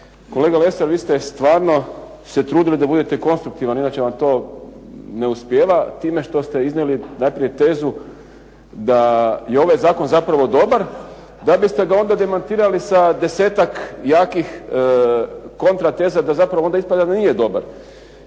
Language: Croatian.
kolega Lesar vi ste stvarno se trudili da budete konstruktivan inače vam to ne uspijeva time što ste iznijeli najprije tezu da je ovaj zakon zapravo dobar da biste ga onda demantirali sa desetak jakih kontra teza, da zapravo onda ispada da nije dobar,